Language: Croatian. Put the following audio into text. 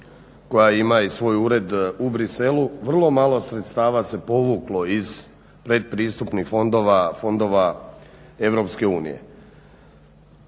koja ima i svoj ured u Bruxelessu, vrlo malo sredstava se povuklo iz pretpristupnih fondova Europske unije.